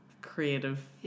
creative